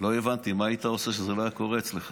לא הבנתי, מה היית עושה שזה לא היה קורה אצלך?